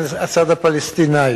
הצד הפלסטיני.